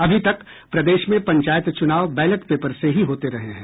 अभी तक प्रदेश में पंचायत चुनाव बैलेट पेपर से ही होते रहे हैं